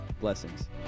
blessings